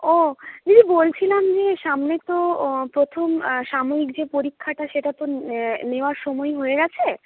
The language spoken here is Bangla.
ও দিদি বলছিলাম যে সামনে তো প্রথম সাময়িক যে পরীক্ষাটা সেটা তো নেওয়ার সময় হয়ে গেছে